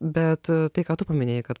bet tai ką tu paminėjai kad